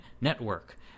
Network